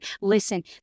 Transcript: Listen